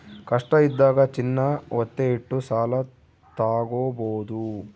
ಕಷ್ಟ ಇದ್ದಾಗ ಚಿನ್ನ ವತ್ತೆ ಇಟ್ಟು ಸಾಲ ತಾಗೊಬೋದು